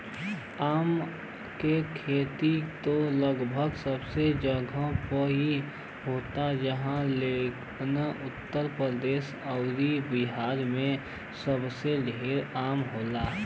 आम क खेती त लगभग सब जगही पे होत ह लेकिन उत्तर प्रदेश अउरी बिहार में सबसे ढेर आम होला